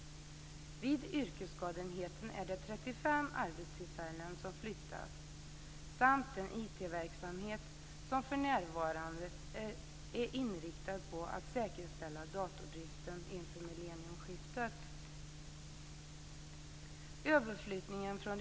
Vid yrkesskadeenheten är det 35 arbetstillfällen som flyttas samt den IT-verksamhet som för närvarande är inriktad på att säkerställa datordriften inför millennieskiftet.